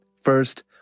First